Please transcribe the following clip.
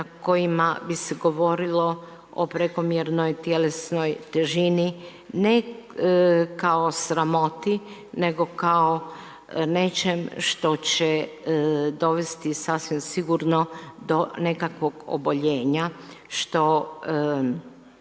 kojima bi se govorilo o prekomjernoj tjelesnoj težini ne kao sramoti nego kao nečem što će dovesti sasvim sigurno do nekakvog oboljenja što